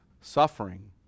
suffering